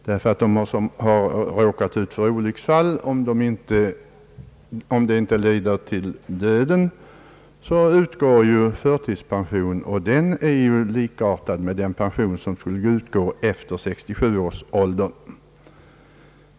Om ett olycksfall inte leder till döden, utgår förtidspension och den är ju likartad med den pension som utgår efter 67 års ålder.